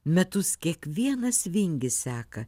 metus kiekvienas vingis seka